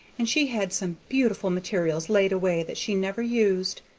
and she had some beautiful materials laid away that she never used.